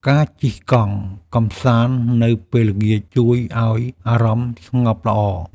ការជិះកង់កម្សាន្តនៅពេលល្ងាច ជួយឱ្យអារម្មណ៍ស្ងប់ល្អ។